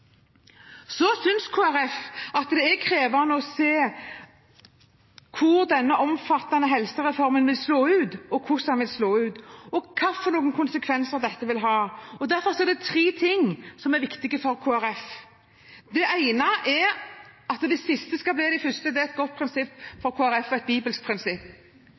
Så synes Kristelig Folkeparti at det er krevende å se hvor denne omfattende helsereformen vil slå ut, hvordan den vil slå ut, og hvilke konsekvenser dette vil ha. Derfor er det tre ting som er viktig for Kristelig Folkeparti: Det ene er at de siste skal bli de første – det er et godt prinsipp for Kristelig Folkeparti og et bibelsk prinsipp.